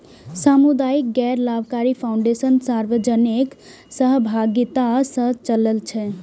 सामुदायिक गैर लाभकारी फाउंडेशन सार्वजनिक सहभागिता सं चलै छै